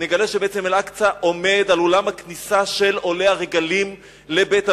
נגלה שבעצם אל-אקצא עומד על אולם הכניסה של עולי הרגלים לבית-המקדש.